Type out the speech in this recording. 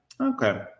Okay